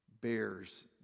bears